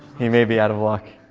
he may be out of luck.